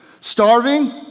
starving